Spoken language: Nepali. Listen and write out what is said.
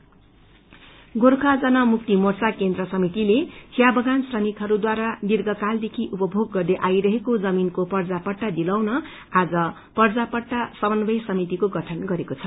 जीजेएमएम गोर्खा जनमुक्ति मोर्चा केन्द्र समितिले विया बगान श्रमिकहरूद्वारा दीर्षकालदेख उपभोग गर्दै भइरहेको जमीनको पर्जा पट्टा दिलाउन आज पर्जा पट्टा समन्वय समितिको गठन गरेको छ